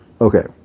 Okay